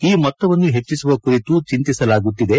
ಈ ಮೊತ್ತವನ್ನು ಪೆಚ್ಚಿಸುವ ಕುರಿತು ಚಿಂತಿಸಲಾಗುತ್ತಿದೆ